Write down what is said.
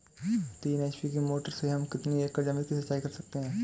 तीन एच.पी की मोटर से हम कितनी एकड़ ज़मीन की सिंचाई कर सकते हैं?